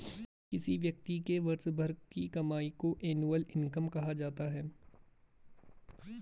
किसी व्यक्ति के वर्ष भर की कमाई को एनुअल इनकम कहा जाता है